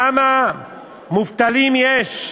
כמה מובטלים יש,